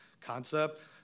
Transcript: concept